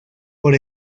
por